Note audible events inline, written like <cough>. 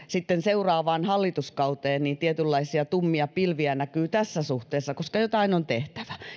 <unintelligible> sitten seuraavaan hallituskauteen niin tietynlaisia tummia pilviä näkyy tässä suhteessa koska jotain on tehtävä